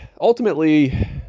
ultimately